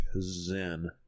zen